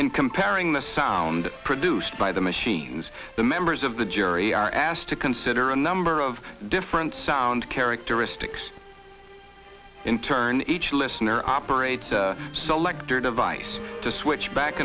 and comparing the sound produced by the machines the members of the jury are asked to consider a number of different sound characteristics in turn each listener operates a selector device to switch back